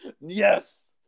Yes